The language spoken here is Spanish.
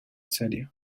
serio